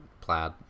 plaid